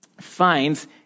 finds